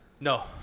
No